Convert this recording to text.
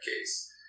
case